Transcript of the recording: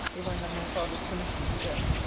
if i have my father's permission to go.